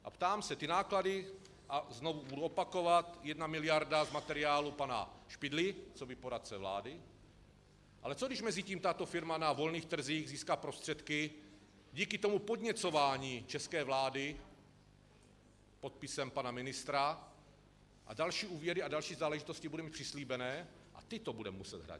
A ptám se, ty náklady a znovu budu opakovat, jedna miliarda z materiálu pana Špidly coby poradce vlády ale co když mezitím tato firma na volných trzích získá prostředky díky tomu podněcování české vlády podpisem pana ministra a další úvěry a další záležitosti bude mít přislíbené a tyto bude muset hradit.